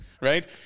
right